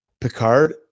Picard